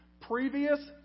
previous